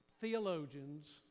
theologians